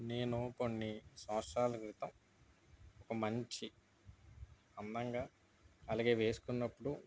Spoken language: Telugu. నేను కొన్ని సంవత్సరాల క్రితం ఒక మంచి అందంగా అలాగే వేసుకున్నప్పుడు